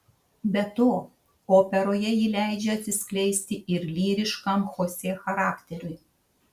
be to operoje ji leidžia atsiskleisti ir lyriškam chosė charakteriui